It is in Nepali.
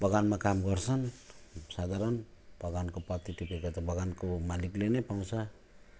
बगानमा काम गर्छन् साधारण बगानको पत्ती टिपेको त बगानको मालिकले नै पाउँछ